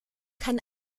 kann